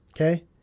Okay